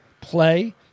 play